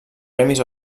premis